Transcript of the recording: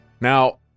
Now